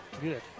Good